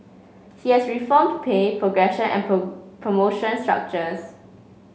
he has reformed pay progression and promotion structures